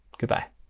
goodbye.